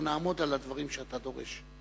אנחנו נעמוד על הדברים שאתה דורש.